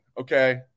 Okay